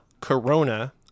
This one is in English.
Corona